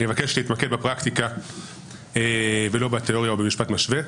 אני מבקש להתמקד בפרקטיקה ולא בתיאוריה או במשפט משווה.